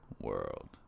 world